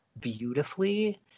beautifully